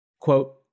Quote